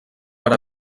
per